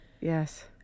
yes